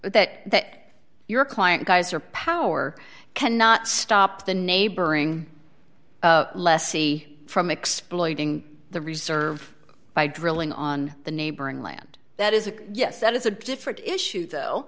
but that your client guys are power cannot stop the neighboring lessee from exploiting the reserve by drilling on the neighboring land that is a yes that is a different issue though